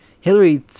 Hillary